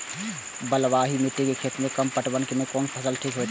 बलवाही मिट्टी के खेत में कम पटवन में कोन फसल ठीक होते?